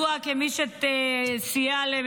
גם עופר כסיף ידוע כמי שסייע לשכונה,